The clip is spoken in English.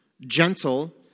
gentle